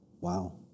Wow